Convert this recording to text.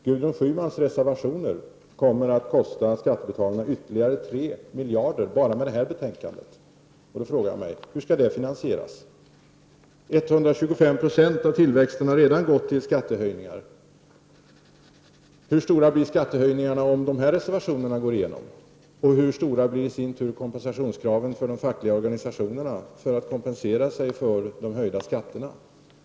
Gudrun Schymans reservationer kommer att kosta skattebetalarna ytterligare 3 miljarder bara med förslagen i detta betänkande. Då frågar jag mig: Hur skall de finansieras? 125 96 av tillväxten har redan gått till skattehöjningar. Hur stora blir skattehöjningarna om dessa reservationer går igenom? Hur stora blir kompensationskraven från de fackliga organisationerna för de höjda skatterna?